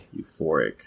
euphoric